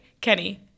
Kenny